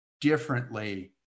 differently